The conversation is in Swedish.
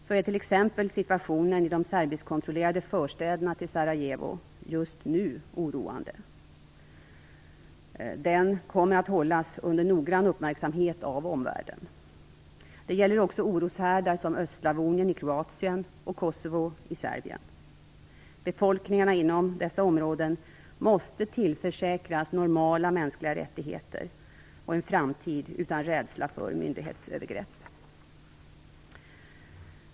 Så är t.ex. situationen i de serbiskkontrollerade förstäderna till Sarajevo just nu oroande. Den kommer att hållas under noggrann uppmärksamhet av omvärlden. Det gäller också oroshärdar som Östslavonien i Kroatien och Kosovo i Serbien. Befolkningarna inom dessa områden måste tillförsäkras normala mänskliga rättigheter och en framtid utan rädsla för myndighetsövergrepp.